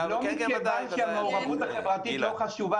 אני לא אומר את זה מכיוון שהמעורבות החברתית לא חשובה.